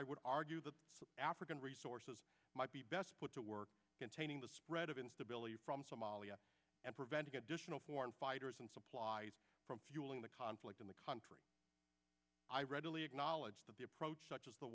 i would argue that african resources might be best put to work containing the spread of instability from somalia and preventing additional foreign fighters and supplies from fueling the conflict in the country i readily acknowledge that the approach such as the